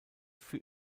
für